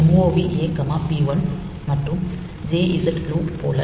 MOV A p1 மற்றும் jz loop போல